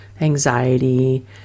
anxiety